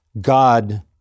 God